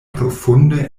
profunde